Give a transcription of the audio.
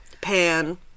pan